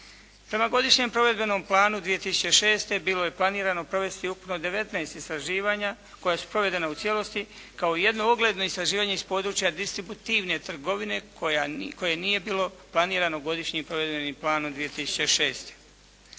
Prema Godišnjem provedbenom planu 2006. bilo je planirano provesti ukupno 19 istraživanja koja su provedena u cijelosti kao jedno ogledno istraživanje iz područja distributivne trgovine koje nije bilo planirano Godišnjim provedbenim planom 2006.